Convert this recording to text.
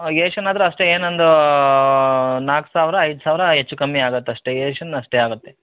Asian ಆದರೂ ಅಷ್ಟೆ ಏನು ಒಂದು ನಾಲ್ಕು ಸಾವಿರ ಐದು ಸಾವಿರ ಹೆಚ್ಚು ಕಮ್ಮಿ ಆಗತ್ತೆ ಅಷ್ಟೆ ಏಷ್ಯನ್ ಅಷ್ಟೆ ಆಗುತ್ತೆ